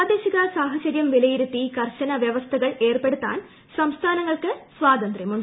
പ്രാദേശിക സാഹചര്യം വിലയിരുത്തി കർശന വ്യവസ്ഥകൾ ഏർപ്പെടുത്താൻ സംസ്ഥാനങ്ങൾക്ക് സ്വാതന്ത്ര്യമുണ്ട്